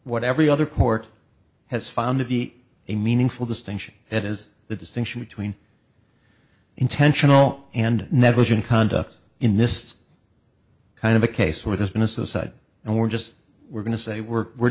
what every other court has found to be a meaningful distinction that is the distinction between intentional and never seen conduct in this kind of a case where there's been a suicide and we're just we're going to say we're we're